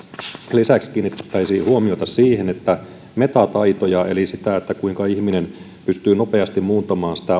lisäksi kiinnitettäisiin huomiota siihen että keskityttäisiin metataitoihin eli siihen kuinka ihminen pystyy nopeasti muuntamaan